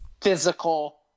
physical